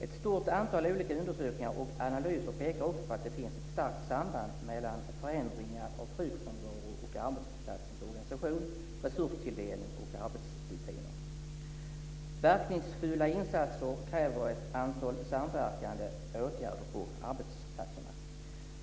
Ett stort antal olika undersökningar och analyser pekar också på att det finns ett starkt samband mellan förändringar av sjukfrånvaro och arbetsplatsens organisation, resurstilldelning och arbetsrutiner. Verkningsfulla insatser kräver ett antal samverkande åtgärder på arbetsplatserna.